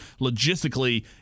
logistically